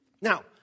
Now